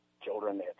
children